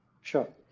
Sure